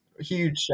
huge